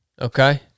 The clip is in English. Okay